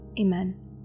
Amen